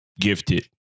gifted